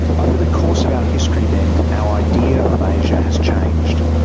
over the course of our history, then, our idea of asia has changed.